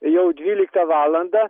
jau dvyliktą valandą